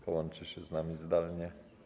Połączy się z nami zdalnie.